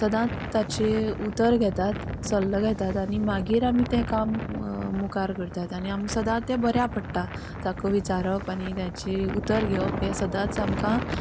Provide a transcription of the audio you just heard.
सदांच ताचें उतर घेताता सल्लो घेतात सल्लो घेतात आनी मागीर आमी तें काम मुखार करतात आम सदांच ते बऱ्याक पडटा ताका विचारप आनी तेंचें उतर घेवप हे सदांच आमकां